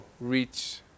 reach